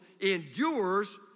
endures